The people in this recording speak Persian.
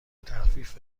تخفیف